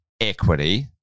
equity